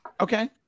Okay